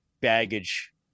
baggage